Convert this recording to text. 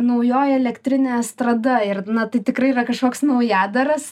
naujoji elektrinė estrada ir na tai tikrai yra kažkoks naujadaras